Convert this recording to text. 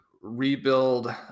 rebuild